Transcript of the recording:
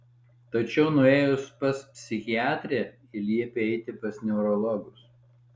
tačiau nuėjus pas psichiatrę ji liepė eiti pas neurologus